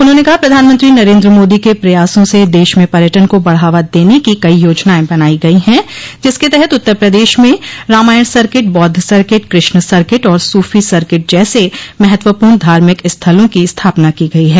उन्होंने कहा प्रधानमंत्री नरेन्द्र मोदी के प्रयासों से देश में पर्यटन को बढ़ावा देने की कई योजनाएं बनाई गई हैं जिसके तहत उत्तर प्रदेश में रामायण सर्किट बौद्ध सर्किट कृष्ण सर्किट और सूफी सर्किट जैसे महत्वपूर्ण धार्मिक स्थलों की स्थापना की गई है